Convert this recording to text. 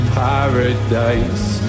paradise